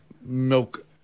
milk